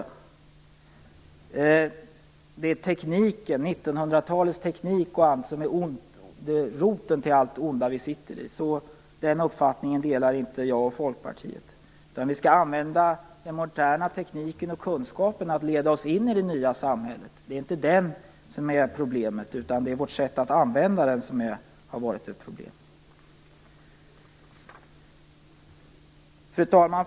De tycker att det är 1900-talets teknik som är roten till allt det onda. Den uppfattningen delar inte jag och Folkpartiet. Vi skall använda den moderna tekniken och kunskapen till att leda oss in i det nya samhället. Det är inte tekniken som är problemet, utan det är vårt sätt att använda den som har varit ett problem. Fru talman!